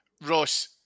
Ross